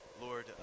Lord